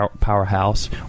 powerhouse